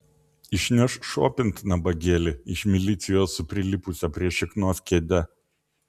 išneš šopint nabagėlį iš milicijos su prilipusia prie šiknos kėde